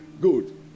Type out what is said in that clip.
Good